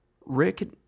Rick